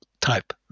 type